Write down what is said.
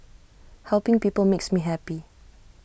helping people makes me happy